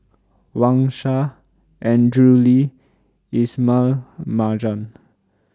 Wang Sha Andrew Lee Ismail Marjan